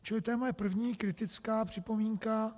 Čili to je moje první kritická připomínka.